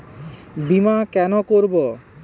বিমা কেন করব?